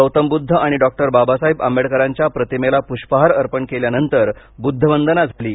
गौतमबुद्ध आणि डॉक्टर बाबासाहेब आंबेडकरांच्या प्रतिमेला पुष्पहार अर्पण केल्यानंतर बुद्ध वंदना झाली